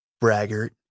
Braggart